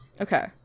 okay